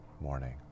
morning